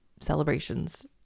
celebrations